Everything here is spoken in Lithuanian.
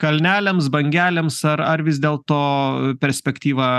kalneliams bangelėms ar ar vis dėlto perspektyva